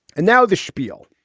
and now the schpiel.